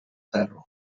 ferro